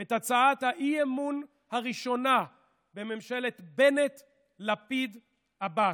את הצעת האי-אמון הראשונה בממשלת בנט-לפיד-עבאס.